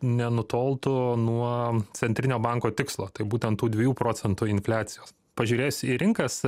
nenutoltų nuo centrinio banko tikslo tai būtent tų dviejų procentų infliacijos pažiūrėjus į rinkas